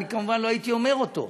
אני כמובן לא הייתי אומר אותו.